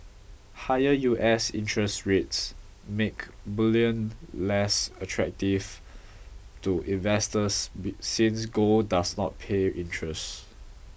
higher U S interest rates make bullion less attractive to investors since gold does not pay interest